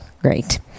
great